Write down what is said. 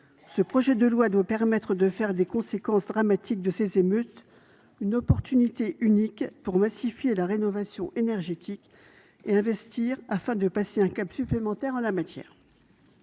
le projet de loi doit permettre de faire des conséquences dramatiques de ces émeutes une occasion pour massifier la rénovation énergétique et investir afin de passer un cap supplémentaire en la matière.